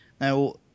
Now